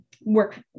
work